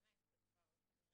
שה כנראה